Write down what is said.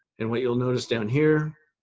and what you'll notice down here,